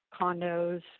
condos